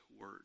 word